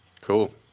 cool